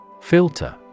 Filter